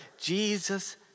Jesus